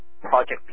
project